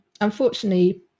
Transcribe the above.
unfortunately